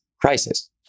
crisis